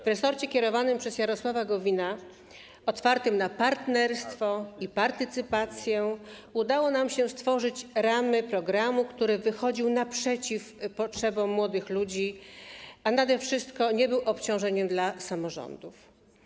W resorcie kierowanym przez Jarosława Gowina, otwartym na partnerstwo i partycypację udało nam się stworzyć ramy programu, który wychodził naprzeciw potrzebom młodych ludzi, a nade wszystko nie był obciążeniem dla samorządów.